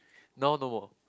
now no more